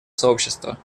сообщества